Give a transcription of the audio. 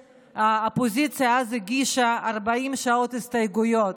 האופוזיציה אז הגישה לחוק הזה 40 שעות הסתייגויות,